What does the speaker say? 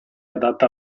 adatta